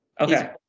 Okay